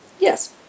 Yes